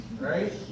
right